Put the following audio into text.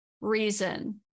reason